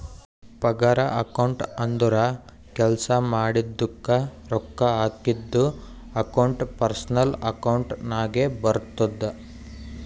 ಪಗಾರ ಅಕೌಂಟ್ ಅಂದುರ್ ಕೆಲ್ಸಾ ಮಾಡಿದುಕ ರೊಕ್ಕಾ ಹಾಕದ್ದು ಅಕೌಂಟ್ ಪರ್ಸನಲ್ ಅಕೌಂಟ್ ನಾಗೆ ಬರ್ತುದ